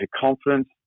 confidence